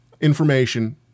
information